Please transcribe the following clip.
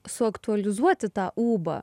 suaktualizuoti tą ūbą